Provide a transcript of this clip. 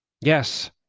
Yes